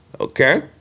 okay